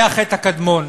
זה החטא הקדמון,